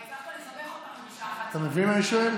החלטת לסבך אותנו בשעה 23:00. אתה מבין מה אני שואל?